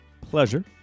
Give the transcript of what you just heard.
pleasure